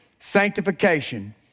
Sanctification